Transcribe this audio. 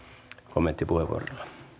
kommenttipuheenvuorolla